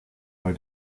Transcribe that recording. bei